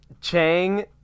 Chang